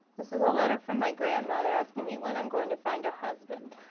this was a letter from my grandmother asking me when i'm going to find a husband.